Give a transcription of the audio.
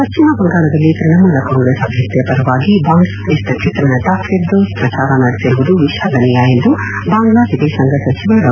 ಪಶ್ಚಿಮ ಬಂಗಾಳದಲ್ಲಿ ತ್ವಣಮೂಲ ಕಾಂಗ್ರೆಸ್ ಅಭ್ಯರ್ಥಿಯ ಪರವಾಗಿ ಬಾಂಗ್ಲಾದೇಶದ ಚಿತ್ರನಟ ಫಿರ್ದೌಜ್ ಪ್ರಚಾರ ನಡೆಸಿರುವುದು ವಿಷಾದನೀಯ ಎಂದು ಬಾಂಗ್ಲಾ ವಿದೇಶಾಂಗ ಸಚಿವ ಡಾ